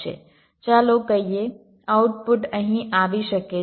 ચાલો કહીએ આઉટપુટ અહીં આવી શકે છે